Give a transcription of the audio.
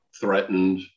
threatened